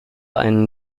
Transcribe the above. einen